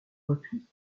repli